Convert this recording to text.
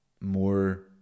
more